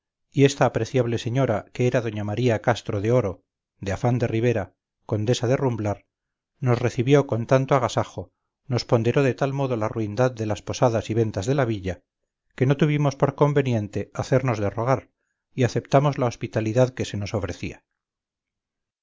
y esta apreciable señora que era doña maría castro de oro de afán de ribera condesa de rumblar nos recibió con tanto agasajo nos ponderó de tal modo la ruindad de las posadas y ventas de la villa que no tuvimos por conveniente hacernos de rogar y aceptamos la hospitalidad que se nos ofrecía